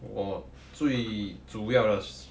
我最主要的是